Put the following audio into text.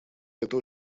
это